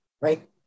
right